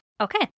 Okay